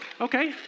Okay